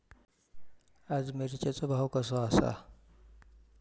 आज मिरचेचो भाव कसो आसा?